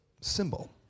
symbol